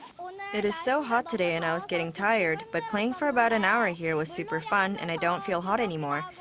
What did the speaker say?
it is so hot today and i was getting tired, but playing for about an hour here was super fun and i don't feel hot anymore.